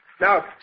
Now